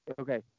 Okay